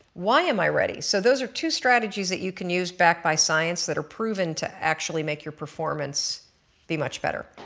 why i'm i ready? so those are two strategies that you can use backed by science that are proven to actually make your performance be much better.